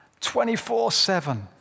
24-7